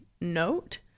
note